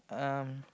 um